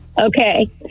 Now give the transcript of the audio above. Okay